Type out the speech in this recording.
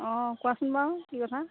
অঁ কোৱাচোন বাৰু কি কথা